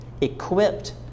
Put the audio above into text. equipped